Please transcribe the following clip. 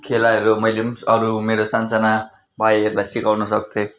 खेलाहरू मैले पनि अरू मेरो सानसाना भाइहरूलाई सिकाउन सक्थेँ